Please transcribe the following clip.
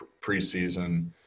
preseason